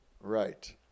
Right